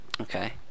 Okay